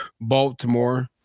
Baltimore